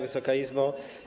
Wysoka Izbo!